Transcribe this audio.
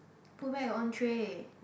put back your own tray